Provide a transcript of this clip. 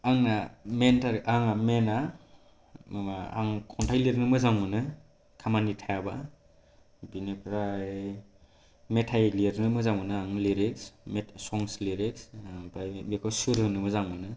आंना आंहा मैन आ माबा आं खन्थाइ लेरनो मोजां मोनो खामानि थायाबा बेनिफ्राय मेथाइ लिरनो मोजां मोनो आं लिरिक्स संस् लिरो आमफ्राय बेखौ सुर होनो मोजां मोनो